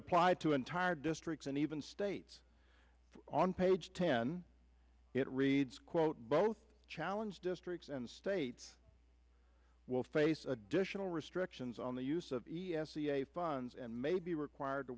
apply to entire districts and even states on page ten it reads quote both challenge districts and states will face additional restrictions on the use of e s e a funds and may be required to